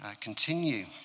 continue